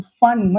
fun